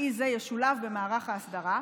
אמצעי זה ישולב במערך ההסדרה,